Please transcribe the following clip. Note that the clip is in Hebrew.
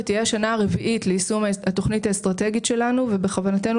תהיה השנה הרביעית ליישום התכנית האסטרטגית שלנו ובכוונתנו